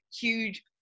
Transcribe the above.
huge